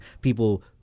people